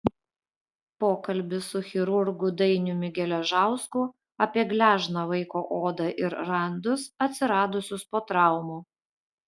pokalbis su chirurgu dainiumi geležausku apie gležną vaiko odą ir randus atsiradusius po traumų